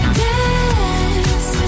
dance